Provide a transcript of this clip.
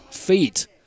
feet